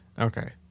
Okay